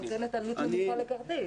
היא נותנת עלות נמוכה לכרטיס.